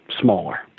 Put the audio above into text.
smaller